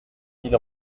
ils